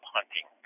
Hunting